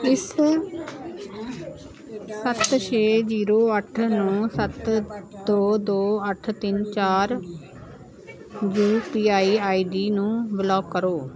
ਇਸ ਸੱਤ ਛੇ ਜ਼ੀਰੋ ਅੱਠ ਨੌਂ ਸੱਤ ਦੋ ਦੋ ਅੱਠ ਤਿੰਨ ਚਾਰ U P I I D ਨੂੰ ਬਲਾਕ ਕਰੋ